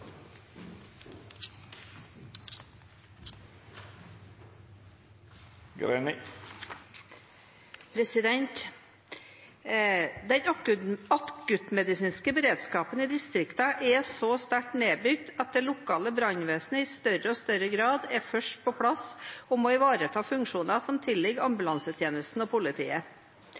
akuttmedisinske beredskapen i distriktene er så sterkt nedbygd at det lokale brannvesenet i større og større grad er først på plass og må ivareta funksjoner som tilligger ambulansetjenesten og politiet.